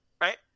right